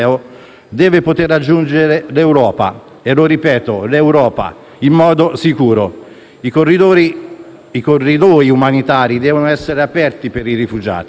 deve poter raggiungere l'Europa - lo ripeto, l'Europa - in modo sicuro. I corridoi umanitari devono essere aperti per i rifugiati.